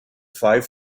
five